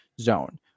zone